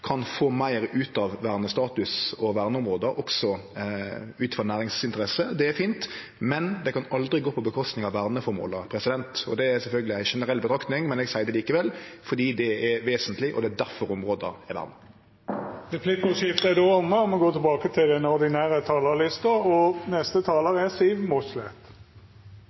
kan få meir ut av vernestatus og verneområde, også ut frå næringsinteresser. Det er fint, men det kan aldri gå ut over verneføremåla. Det er sjølvsagt ei generell betraktning, men eg seier det likevel, fordi det er vesentleg, og det er difor områda er verna. Replikkordskiftet er omme.